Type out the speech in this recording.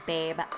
Babe